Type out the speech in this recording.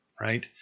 right